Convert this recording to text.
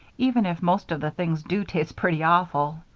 even if most of the things do taste pretty awful.